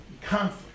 conflict